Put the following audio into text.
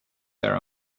their